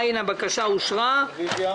הצבעה בעד ההודעה,